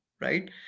right